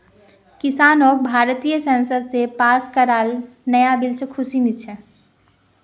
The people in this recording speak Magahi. किसानक भारतीय संसद स पास कराल नाया बिल से खुशी नी छे